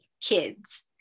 kids